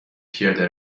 پیاده